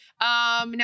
Now